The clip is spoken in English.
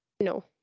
no